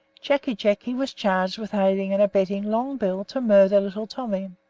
jacky jacky was charged with aiding and abetting long bill to murder little tommy.